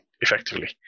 effectively